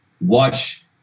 watch